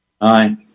Aye